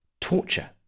torture